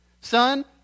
Son